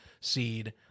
seed